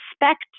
respect